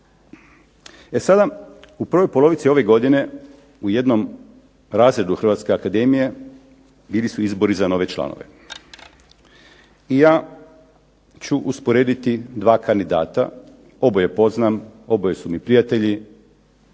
E sada, u prvoj polovici ove godine u jednom razredu Hrvatske akademije bili su izbori za nove članove i ja ću usporediti dva kandidata. Oboje poznam, oboje su mi prijatelji